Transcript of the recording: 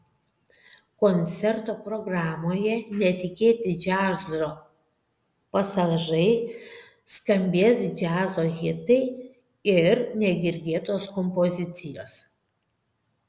koncerto programoje netikėti džiazo pasažai skambės džiazo hitai ir negirdėtos kompozicijos